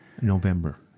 November